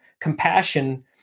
compassion